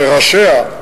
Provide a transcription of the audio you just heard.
וראשיה,